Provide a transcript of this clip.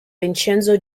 vincenzo